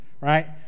right